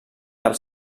del